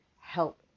help